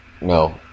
No